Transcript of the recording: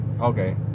Okay